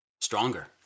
stronger